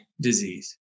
disease